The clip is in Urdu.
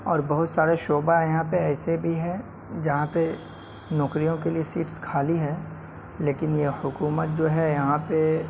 اور بہت سارے شعبہ ہے یہاں پہ ایسے بھی ہیں جہاں پہ نوکریوں کے لیے سیٹس خالی ہیں لیکن یہ حکومت جو ہے یہاں پہ